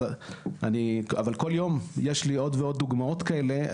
אבל כל יום יש לי עוד ועוד דוגמאות כאלה.